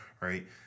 right